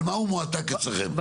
על מה הוא מועתק אצלכם חוץ מזה?